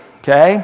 Okay